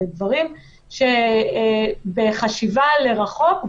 אלו דברים שבחשיבה לרחוק,